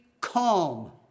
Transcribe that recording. calm